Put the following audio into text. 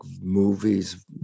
movies